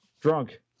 drunk